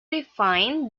define